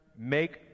make